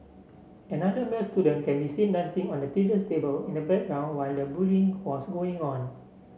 another male student can be seen dancing on the teacher's table in the background while the bullying was going on